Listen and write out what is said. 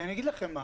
כי לא